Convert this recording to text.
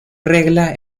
regla